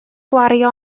gwario